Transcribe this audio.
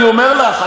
אני אומר לך,